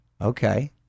Okay